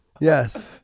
Yes